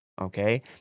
Okay